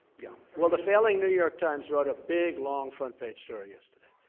yeah well, the failing new york times wrote a big, long front-page story yesterday.